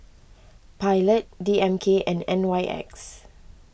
Pilot D M K and N Y X